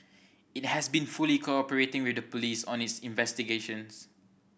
it has been fully cooperating with the police on its investigations